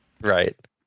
Right